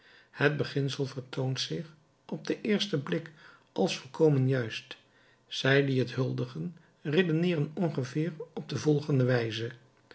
het beginsel vertoont zich op den eersten blik als volkomen juist zij die het huldigen redeneeren ongeveer op de volgende wijze